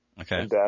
Okay